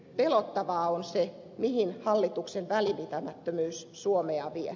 pelottavaa on se mihin hallituksen välinpitämättömyys suomea vie